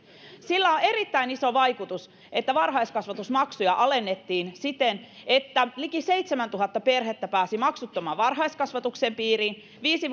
sillä on erittäin iso vaikutus että varhaiskasvatusmaksuja alennettiin siten että liki seitsemäntuhatta perhettä pääsi maksuttoman varhaiskasvatuksen piiriin viisi